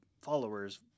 followers